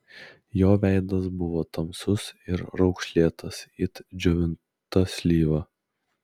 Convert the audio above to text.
jo veidas buvo tamsus ir raukšlėtas it džiovinta slyva